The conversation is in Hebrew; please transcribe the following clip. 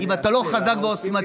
אם אתה לא חזק ועוצמתי,